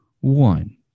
one